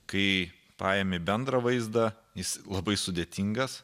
kai paimi bendrą vaizdą jis labai sudėtingas